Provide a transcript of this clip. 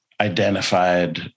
identified